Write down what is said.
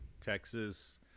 Texas